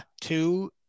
two